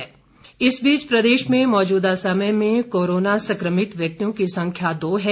corona update इस बीच प्रदेश में मौजूदा समय में कोरोना संक्रमित व्यक्तियों की संख्या दो है